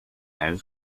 now